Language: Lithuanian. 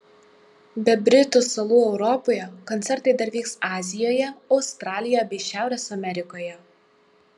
be britų salų europoje koncertai dar vyks azijoje australijoje bei šiaurės amerikoje